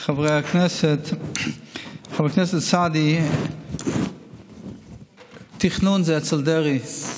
חברי הכנסת, חבר הכנסת סעדי, תכנון זה אצל דרעי.